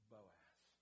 Boaz